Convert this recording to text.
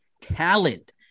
talent